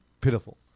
pitiful